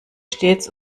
stets